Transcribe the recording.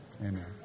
Amen